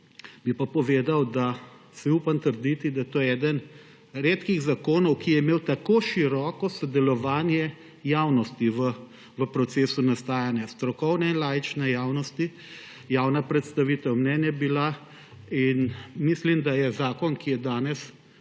bi pa povedal, da si upam trditi, da je to eden redkih zakonov, ki je imel tako široko sodelovanje javnosti v procesu nastajanja, strokovne in laične javnosti, javna predstavitev mnenj je bila. Mislim, da je zakon, ki je danes